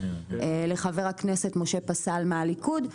לחה"כ משה פסל מהליכוד,